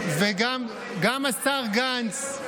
וגם השר גנץ,